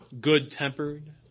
good-tempered